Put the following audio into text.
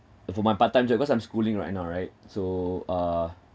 for my part time job cause I'm schooling right now right so uh